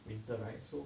winter right so